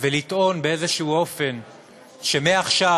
ולטעון באיזשהו אופן שמעכשיו,